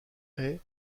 est